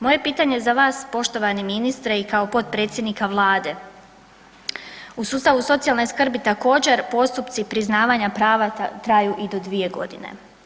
Moje pitanje za vas poštovani ministre i kao potpredsjednika Vlade, u sustavu socijalne skrbi također postupci priznavanja prava traju i do 2 godine.